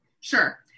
Sure